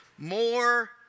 more